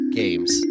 games